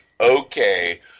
okay